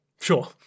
Sure